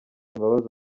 imbabazi